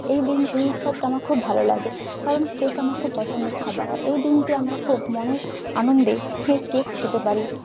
এই দিন এই উৎসবটা আমার খুব ভালো লাগে কারণ কেক আমার খুব পছন্দের খাবার এই দিনটি আমরা খুব মনের আনন্দে এই কেক খেতে পারি